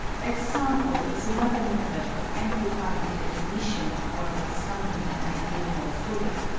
example is another method of amplifying a definition or of expounding an idea more fully.